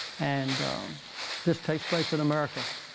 and this takes place in america.